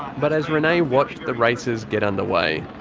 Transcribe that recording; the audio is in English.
but as renay watched the races get underway,